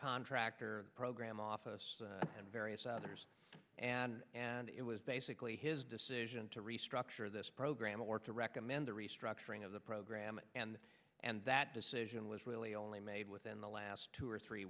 contractor program office and various others and and it was basically his decision to restructure this program or to recommend the restructuring of the program and and that decision was really only made within the last two or three